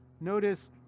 Notice